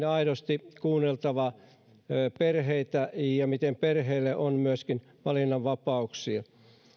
aidosti kuunneltava perheitä ja perheille on myöskin oltava valinnanvapauksia